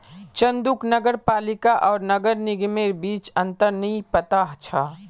चंदूक नगर पालिका आर नगर निगमेर बीच अंतर नइ पता छ